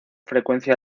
frecuencia